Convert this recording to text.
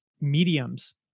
mediums